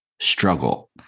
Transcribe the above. struggle